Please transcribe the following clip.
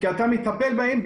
כי אתה מטפל בהם,